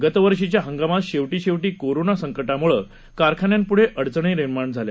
गतवर्षीच्याहंगामातशेवटीशेवटीकोरोनासंकटामुळेकारखान्यांपुढेअडचणीनिर्माणझाल्या